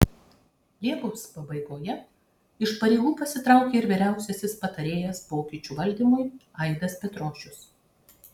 liepos pabaigoje iš pareigų pasitraukė ir vyriausiasis patarėjas pokyčių valdymui aidas petrošius